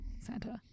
Santa